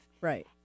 Right